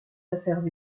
affaires